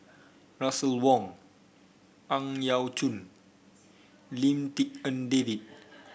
Russel Wong Ang Yau Choon Lim Tik En David